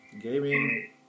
gaming